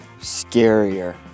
scarier